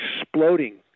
exploding